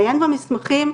לעיין במסמכים,